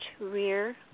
rear